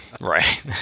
Right